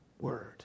word